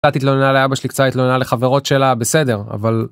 קצת התלוננה לאבא שלי קצת התלוננה לחברות שלה בסדר אבל.